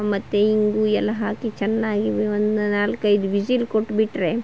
ಮತ್ತು ಇಂಗು ಎಲ್ಲ ಹಾಕಿ ಚೆನ್ನಾಗಿ ಒಂದು ನಾಲ್ಕೈದು ವಿಶಿಲ್ ಕೊಟ್ಬಿಟ್ರೆ